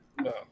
No